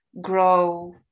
grow